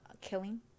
Killing